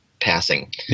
passing